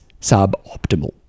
suboptimal